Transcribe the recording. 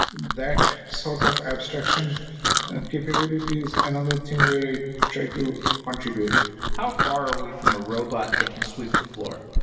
that sort of abstraction capability is another thing where i try to contribute how far are we from a robot that can sweep the floor?